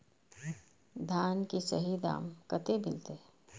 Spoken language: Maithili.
धान की सही दाम कते मिलते?